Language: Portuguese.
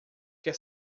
quer